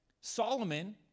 Solomon